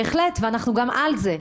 בהחלט, ואנחנו גם על זה.